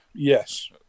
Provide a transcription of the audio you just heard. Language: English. Yes